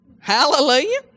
Hallelujah